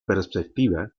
perspectiva